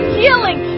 healing